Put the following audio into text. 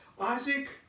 isaac